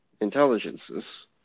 intelligences